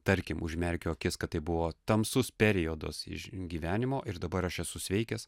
tarkim užmerkiu akis kad tai buvo tamsus periodas iš gyvenimo ir dabar aš esu sveikęs